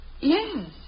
Yes